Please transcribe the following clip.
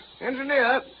Engineer